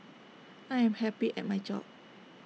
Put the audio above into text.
I am happy at my job